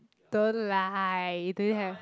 don't lie do you have